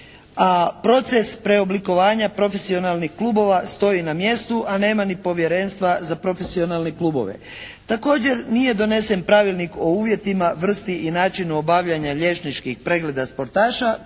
a proces preoblikovanja profesionalnih klubova stoji na mjestu, a nema ni Povjerenstva za profesionalne klubove. Također nije donesen Pravilnik o uvjetima, vrsti i načinu obavljanja liječničkih pregleda sportaša